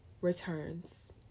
returns